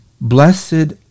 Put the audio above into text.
Blessed